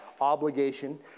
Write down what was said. obligation